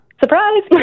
Surprise